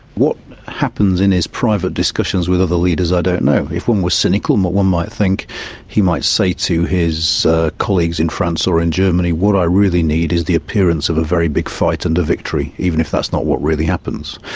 what happens in his private discussions with other leaders i don't know. if one was cynical one might think he might say to his colleagues in france or in germany, what i really need is the appearance of a very big fight and a victory, even if that's not what really happens.